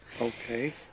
Okay